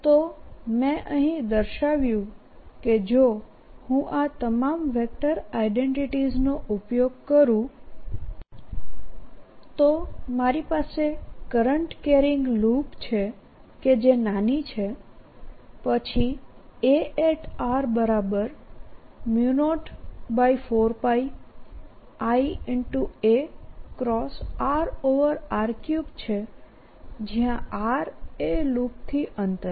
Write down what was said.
તો મેં અહીં દર્શાવ્યું કે જોહુંઆ તમામ વેક્ટર આઇડેન્ટિટીઝ નો ઉપયોગ કરુંતો મારી પાસે કરંટ કેરિંગ લૂપછે કે જે નાની છે પછી A04πI a rr3 છે જ્યાં r એ લૂપથી અંતર છે